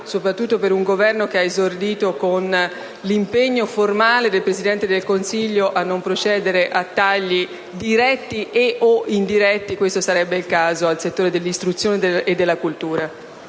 soprattutto per un Governo che ha esordito con l’impegno formale del Presidente del Consiglio a non procedere a tagli diretti e/o indiretti (e questo sarebbe il caso) al settore dell’istruzione e della cultura.